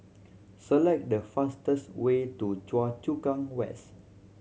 select the fastest way to Choa Chu Kang West